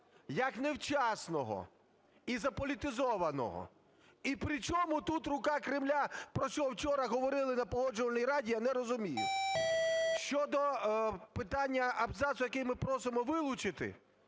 як невчасного і заполітизованого. І при чому тут "рука Кремля", про що вчора говорили на Погоджувальній раді, я не розумію. Щодо питання абзацу, який ми просимо вилучити,